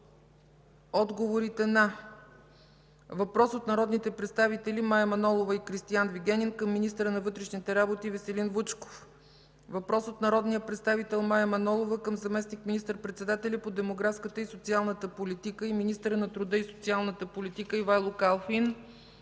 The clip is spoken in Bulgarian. отговорите на: - въпрос от народните представители Мая Манолова и Кристиан Вигенин към министъра на вътрешните работи Веселин Вучков; - въпрос от народния представител Мая Манолова към заместник министър-председателят по демографската и социалната политика и министър на труда и социалната политика Ивайло Калфин.